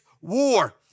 war